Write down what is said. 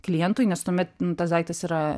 klientui nes tuomet tas daiktas yra